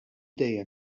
dejjem